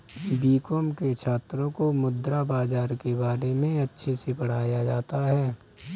BCom के छात्रों को मुद्रा बाजार के बारे में अच्छे से पढ़ाया जाता है